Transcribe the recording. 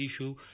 issue